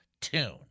tune